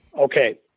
okay